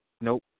Nope